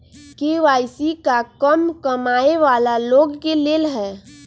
KYC का कम कमाये वाला लोग के लेल है?